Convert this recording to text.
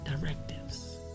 directives